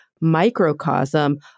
microcosm